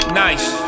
nice